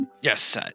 Yes